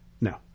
No